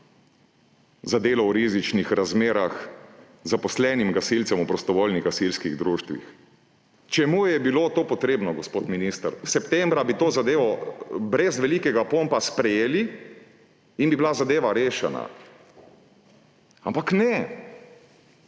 za delo v rizičnih razmerah zaposlenim gasilcem v prostovoljnih gasilskih društvih. Čemu je bilo to potrebno, gospod minister? Septembra bi to zadevo brez velikega pompa sprejeli in bi bila zadeva rešena – ampak ne.